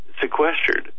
sequestered